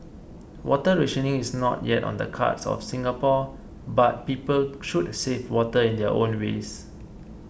water rationing is not yet on the cards for Singapore but people should save water in their own ways